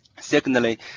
Secondly